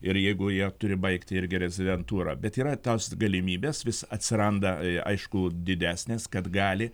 ir jeigu jie turi baigti irgi rezidentūrą bet yra tos galimybės vis atsiranda aišku didesnės kad gali